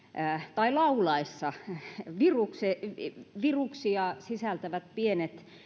tai laulaessa viruksia sisältävät pienet